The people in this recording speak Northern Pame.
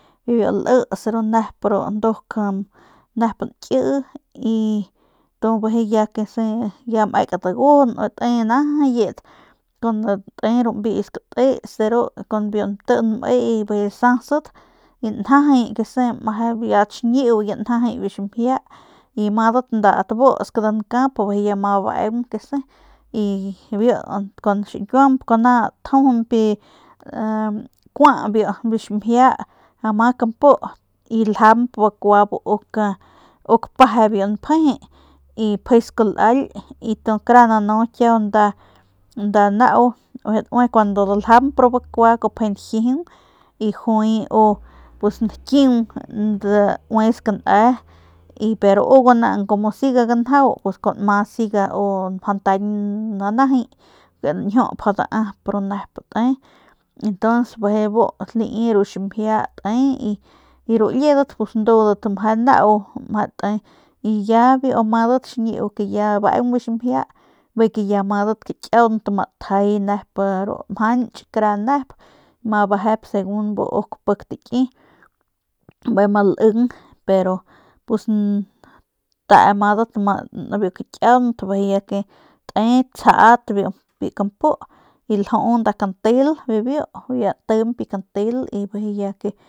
Biu liits ru nep ru nduk nep nkii y tu ya kese ya mekan dagujun bijiy te najayit te kun biu nme skatis de ru y kun biu nti nmee y kese sasat y njajay y biu ast xiñiu kese njajay biu ximjia y amadat ast busk nda nkap bijiy ama beung kese y xiñkiuamp kuna tjujuñp kua biu ximjia ama kampu y ljamp bakua bu uk peje biu npje y pjesk laly y karabat kiau nanu nda nau kuandu daljamp bakua pjisku najijiung y juay u nakiung daui skane y pero u guanang como siga ganjau pus kuan ma siga u mjau ntañ nanajay lañjiup mjau daap ru nep te y tuns bijiy bu lai ru ximjia te y ru liedat ndu meje nau meje te y ya biu amadat xiñiu te abeung biu ximjia bijiy ya amadat biu kakiaunt ma tjay ru nep ama mjanch kara nep ama bejep segun bu uk pik taky bijiy ama ling pero pus te amadat biu kakiuant bijiy te tsjat biu kampu y lju nda kantel bibiu y ya tiñp nda kantel y bijiy ke.